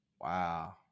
wow